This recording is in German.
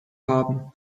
haben